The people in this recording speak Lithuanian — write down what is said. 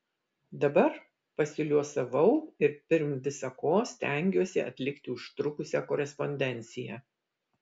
dabar pasiliuosavau ir pirm visa ko stengiuosi atlikti užtrukusią korespondenciją